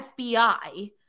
FBI